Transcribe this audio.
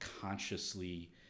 consciously